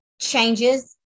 changes